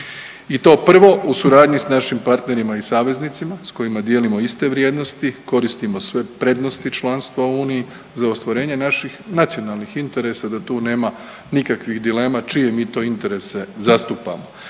i to prvo u suradnji s našim partnerima i saveznicima s kojima dijelimo iste vrijednosti, koristimo svoje prednosti članstva u Uniji, za ostvarenje naših nacionalnih interesa, da tu nema nikakvih dilema čije mi to interese zastupamo